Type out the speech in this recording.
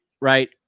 Right